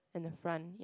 and the front ya